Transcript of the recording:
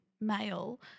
male